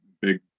big